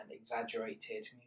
exaggerated